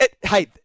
Hey